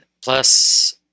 plus